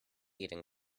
eating